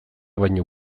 baino